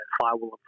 firewall